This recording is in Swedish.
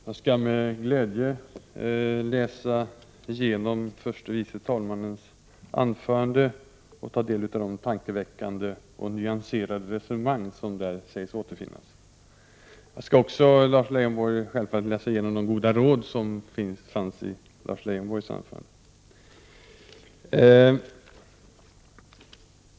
Herr talman! Jag skall med glädje läsa igenom förste vice talmannens anförande och ta del av de tankeväckande och nyanserade resonemang som där sägs återfinnas. Jag skall också, Lars Leijonborg, självfallet läsa igenom de goda råd som fanns i Lars Leijonborgs anförande.